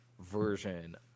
version